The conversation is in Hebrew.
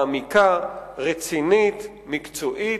מעמיקה, רצינית, מקצועית,